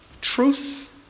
truth